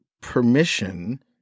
permission